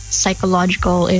psychological